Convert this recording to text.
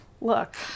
Look